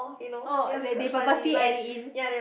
oh they they purposely add it in